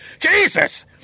Jesus